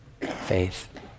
Faith